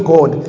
God